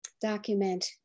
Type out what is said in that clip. document